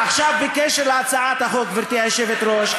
עכשיו, בקשר להצעת החוק, גברתי היושבת-ראש,